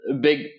Big